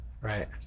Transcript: right